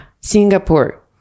Singapore